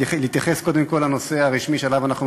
להתייחס קודם כול לנושא הרשמי שעליו אנחנו מדברים,